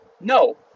No